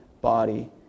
body